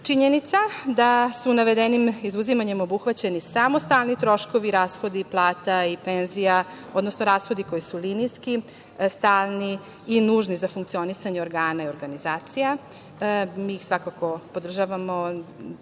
prevazići. Činjenica da su navedenim izuzimanjem obuhvaćeni samo stalni troškovi rashoda i plata i penzija, odnosno rashodi koji su linijski, stalni i nužni za funkcionisanje organa i organizacija, mi je svakako podržavamo